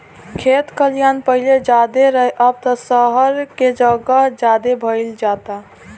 खेत खलिहान पाहिले ज्यादे रहे, अब त सहर के जगह ज्यादे भईल जाता